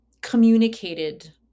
communicated